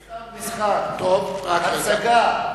זה סתם משחק, הצגה.